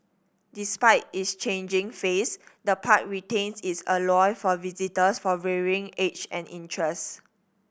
despite its changing face the park retains its allure for visitors for varying age and interest